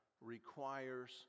requires